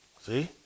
see